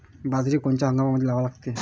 बाजरी कोनच्या हंगामामंदी लावा लागते?